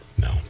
No